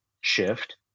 shift